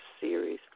series